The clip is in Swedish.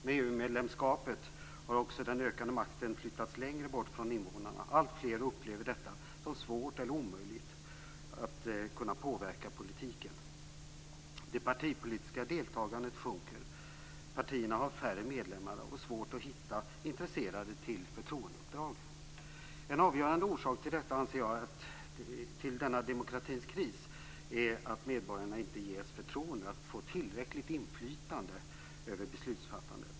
Med EU-medlemskapet har också ökad makt flyttats längre bort från invånarna. Alltfler upplever det som svårt eller omöjligt att påverka politiken. Det partipolitiska deltagandet sjunker. Partierna har färre medlemmar och svårt att hitta intresserade till förtroendeuppdrag. En avgörande orsak till denna demokratins kris anser jag är att medborgarna inte ges förtroende att få tillräckligt inflytande över beslutsfattandet.